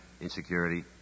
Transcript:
insecurity